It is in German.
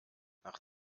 nach